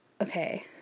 Okay